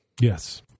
yes